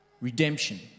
redemption